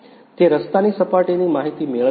તે રસ્તાની સપાટીની માહિતી મેળવે છે